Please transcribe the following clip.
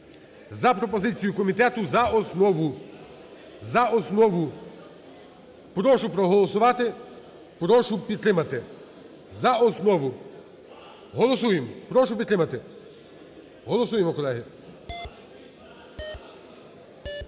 За пропозицією комітету, за основу. За основу. Прошу проголосувати, прошу підтримати, за основу. Голосуємо. Прошу підтримати. Голосуємо, колеги.